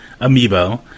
amiibo